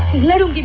little